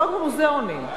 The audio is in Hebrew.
לא מוזיאונים.